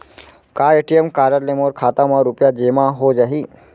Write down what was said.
का ATM card ले मोर खाता म रुपिया जेमा हो जाही?